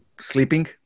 sleeping